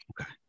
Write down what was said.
Okay